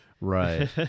Right